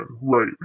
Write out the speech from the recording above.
right